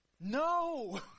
No